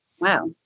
wow